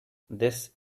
this